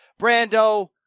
Brando